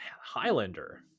Highlander